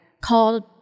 called